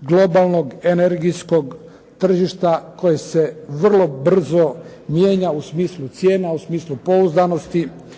globalnog energijskog tržišta koje se vrlo brzo mijenja u smislu cijena, u smislu pouzdanosti,